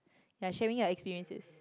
yeah sharing your experiences